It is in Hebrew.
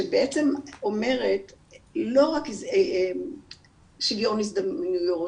שבעצם אומרת לא רק שוויון הזדמנויות